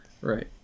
Right